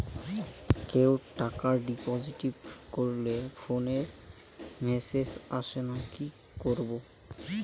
কেউ টাকা ডিপোজিট করলে ফোনে মেসেজ আসেনা কি করবো?